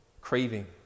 craving